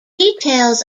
details